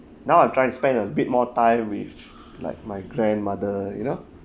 now I'm trying to spend a bit more time with like my grandmother you know